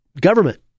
Government